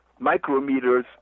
micrometers